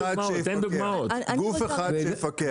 צריך גוף אחד שיפקח.